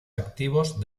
activos